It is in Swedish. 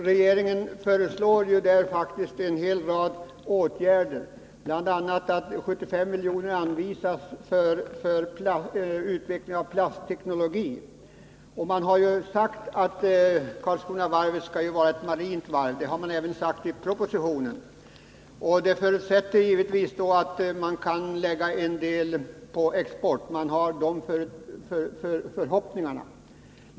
Regeringen föreslår en hel rad åtgärder, bl.a. att 75 miljoner anvisas för utveckling av plastteknologi. Utskottet har sagt att Karlskronavarvet skall vara ett marint varv, och det har även sagts i propositionen. Det förutsätter givetvis att varvet kan lägga en del av produktionen på export — man har de förhoppningarna.